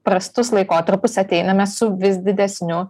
prastus laikotarpius ateiname su vis didesniu